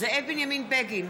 זאב בנימין בגין,